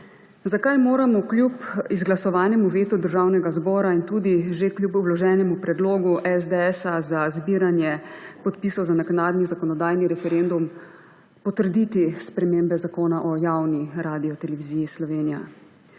Zakaj moramo kljub izglasovanemu vetu Državnega zbora in tudi že kljub vloženemu predlogu SDS za zbiranje podpisov za naknadni zakonodajni referendum potrditi spremembe zakona o javni Radioteleviziji Slovenija?